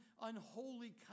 unholy